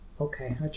okay